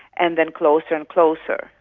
and then closer and closer.